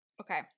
Okay